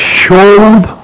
showed